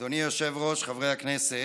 אדוני היושב-ראש, חברי הכנסת,